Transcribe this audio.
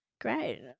Great